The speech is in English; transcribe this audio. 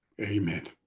Amen